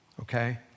okay